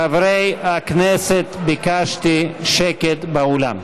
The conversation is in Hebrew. חברי הכנסת, ביקשתי שקט באולם.